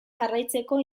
jarraitzeko